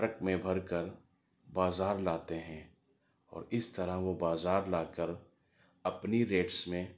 truck میں بھر کر بازار لاتے ہیں اور اس طرح وہ بازار لا کر اپنی ریٹس میں